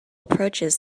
approaches